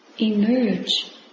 emerge